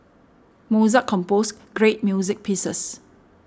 Mozart composed great music pieces